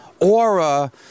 aura